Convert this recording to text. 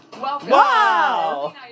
Wow